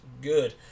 good